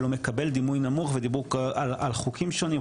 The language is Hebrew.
אבל הוא מקבל דימוי נמוך ודיבורו על חוקים שונים,